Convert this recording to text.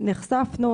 נחשפנו,